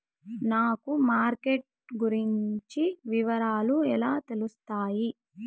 నాకు మార్కెట్ గురించి వివరాలు ఎలా తెలుస్తాయి?